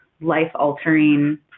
life-altering